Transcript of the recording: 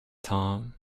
tom